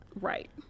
Right